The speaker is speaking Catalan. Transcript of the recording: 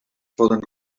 poden